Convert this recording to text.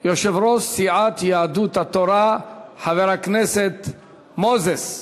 יושב-ראש סיעת יהדות התורה, חבר הכנסת מוזס,